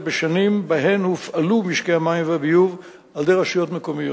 בשנים שבהן הופעלו משקי המים והביוב על-ידי רשויות מקומיות.